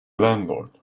landlord